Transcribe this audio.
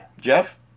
Jeff